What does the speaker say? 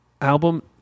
album